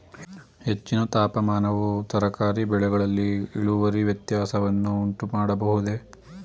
ಹೆಚ್ಚಿನ ತಾಪಮಾನವು ತರಕಾರಿ ಬೆಳೆಗಳಲ್ಲಿ ಇಳುವರಿ ವ್ಯತ್ಯಾಸವನ್ನು ಉಂಟುಮಾಡಬಹುದೇ?